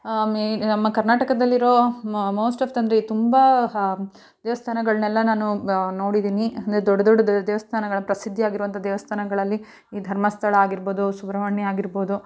ನಮ್ಮ ಕರ್ನಾಟಕದಲ್ಲಿರೋ most of the ಅಂದರೆ ತುಂಬ ಹಾಂ ದೇವಸ್ಥಾನಗಳ್ನೆಲ್ಲ ನಾನು ನೋಡಿದ್ದೀನಿ ಅಂದ್ರೆ ದೊಡ್ಡ ದೊಡ್ದು ದೇವಸ್ಥಾನಗಳು ಪ್ರಸಿದ್ಧಿ ಆಗಿರುವಂಥ ದೇವಸ್ಥಾನಗಳಲ್ಲಿ ಈ ಧರ್ಮಸ್ಥಳ ಆಗಿರ್ಬೋದು ಸುಬ್ರಹ್ಮಣ್ಯ ಆಗಿರ್ಬೋದು